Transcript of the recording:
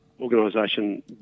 organisation